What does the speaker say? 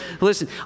Listen